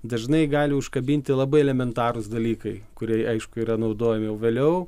dažnai gali užkabinti labai elementarūs dalykai kurie aišku yra naudojami o vėliau